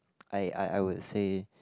I I I would say